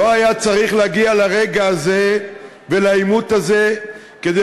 לא היה צריך להגיע לרגע הזה ולעימות הזה כדי